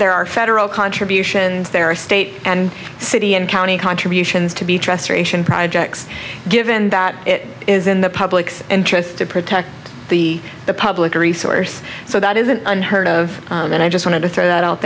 there are federal contributions there are state and city and county contributions to be transformation projects given that it is in the public's interest to protect the public resource so that isn't unheard of and i just wanted to throw that out